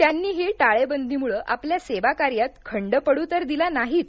त्यांनीही टाळेबंदीमुळे आपल्या सेवाकार्यात खंड पडू तर दिला नाहीच